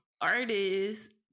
artists